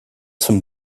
some